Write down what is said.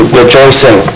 rejoicing